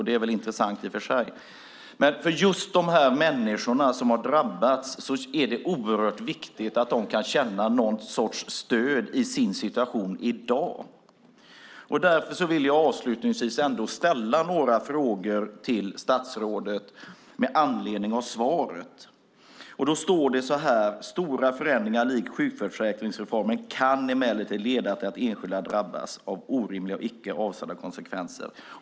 Det är väl intressant i och för sig, men för just de människor som har drabbats är det oerhört viktigt att de kan känna någon sorts stöd i sin situation i dag. Därför vill jag avslutningsvis ändå ställa några frågor till statsrådet med anledning av svaret. Det står så här: "Stora förändringar likt sjukförsäkringsreformen kan emellertid leda till att enskilda drabbas av orimliga och icke avsedda konsekvenser."